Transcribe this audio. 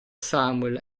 samuel